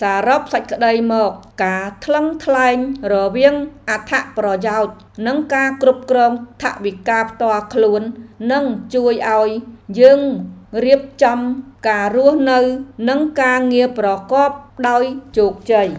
សរុបសេចក្តីមក ការថ្លឹងថ្លែងរវាងអត្ថប្រយោជន៍ និងការគ្រប់គ្រងថវិកាផ្ទាល់ខ្លួន នឹងជួយឱ្យយើងរៀបចំការរស់នៅ និងការងារប្រកបដោយជោគជ័យ។